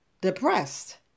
depressed